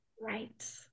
Right